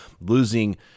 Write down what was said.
losing –